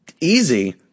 Easy